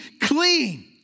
clean